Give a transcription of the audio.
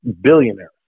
billionaires